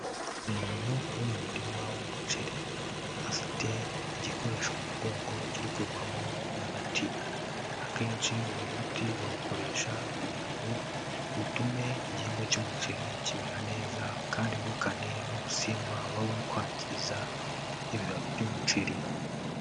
Umuntu uri mu murima w'umuceri, afite igikoresho mu mugongo kiri kuvamo umuti, akenshi uyu muti bawukoresha kugira utume igihingwa cy'umuceri kimera neza kandi wirukane n'ubusimba buba buir kwangiza ibibabi by'umuceri.